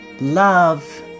love